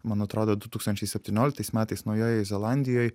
man atrodo du tūkstančiai septynioliktais metais naujojoj zelandijoj